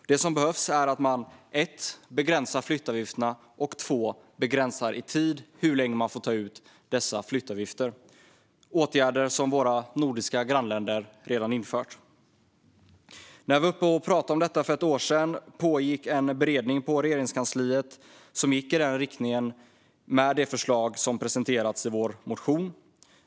Det som behövs är att man för det första begränsar flyttavgifterna och för det andra begränsar i tid hur länge man får ta ut dessa flyttavgifter - åtgärder som våra nordiska grannländer redan infört. När jag var uppe och talade om detta för ett år sedan pågick en beredning på Regeringskansliet som gick i samma riktning som de förslag som presenterats i vår motion.